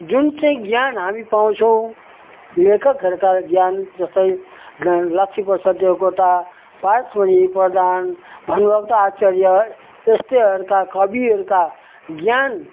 जुन चाहिँ ज्ञान हामी पाउँछौँ लेखकहरूका ज्ञान जस्तै ल लक्ष्मीप्रसाद देवकोटा पारसमणि प्रधान भानुभक्त आचार्य यस्तैहरूका कविहरूका ज्ञान